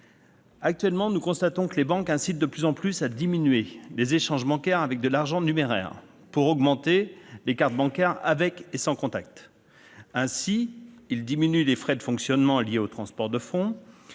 Actuellement, nous constatons que les banques incitent de plus en plus à diminuer les échanges bancaires avec de l'argent numéraire, pour accroître l'utilisation des cartes bancaires, avec ou sans contact. Ainsi, elles réduisent les frais de fonctionnement liés aux transports de fonds,